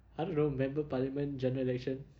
I don't know member of parliament general election